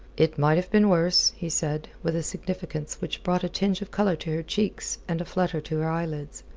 it might have been worse, he said, with a significance which brought a tinge of colour to her cheeks and a flutter to her eyelids.